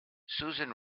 susan